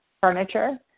furniture